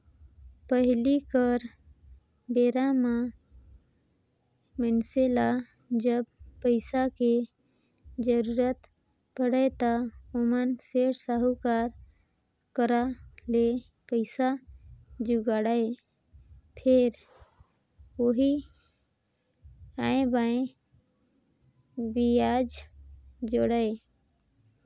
पहिली कर बेरा म मइनसे ल जब पइसा के जरुरत पड़य त ओमन सेठ, साहूकार करा ले पइसा जुगाड़य, फेर ओही आंए बांए बियाज जोड़य